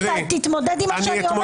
זה אתם.